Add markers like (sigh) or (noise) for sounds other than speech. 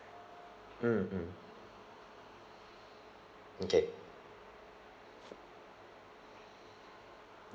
(breath) mm mm okay (breath)